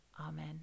Amen